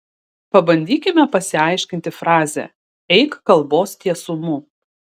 pabandykime pasiaiškinti frazę eik kalbos tiesumu